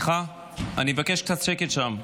סליחה, אני מבקש קצת שקט שם.